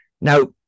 Now